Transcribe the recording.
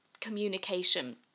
communication